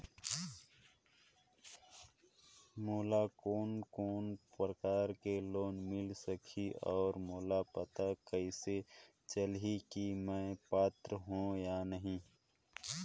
मोला कोन कोन प्रकार के लोन मिल सकही और मोला पता कइसे चलही की मैं पात्र हों या नहीं?